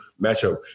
matchup